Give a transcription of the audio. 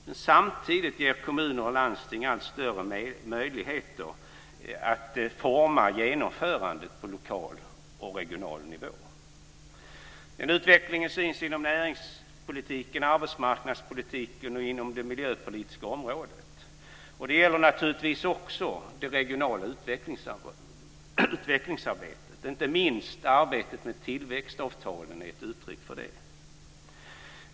Men samtidigt ger kommuner och landsting allt större möjligheter att forma genomförandet på lokal och regional nivå. Denna utveckling syns inom näringspolitiken, arbetsmarknadspolitiken och på det miljöpolitiska området. Det gäller naturligtvis också det regionala utvecklingsarbetet. Inte minst arbetet med tillväxtavtalen är ett uttryck för det.